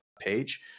page